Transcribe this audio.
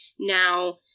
Now